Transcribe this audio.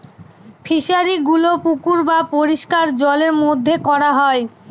ফিশারিগুলো পুকুর বা পরিষ্কার জলের মধ্যে করা হয়